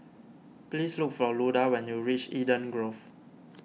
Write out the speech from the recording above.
please look for Luda when you reach Eden Grove